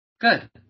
Good